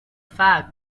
fag